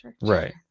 right